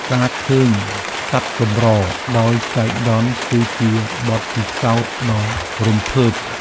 ការឃើញសត្វកម្រដោយចៃដន្យគឺជាបទពិសោធន៍ដ៏រំភើប។